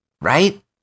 Right